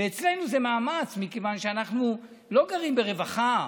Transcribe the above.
ואצלנו זה מאמץ, מכיוון שאנחנו לא גרים ברווחה,